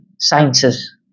Sciences